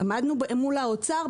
עמדנו מול האוצר,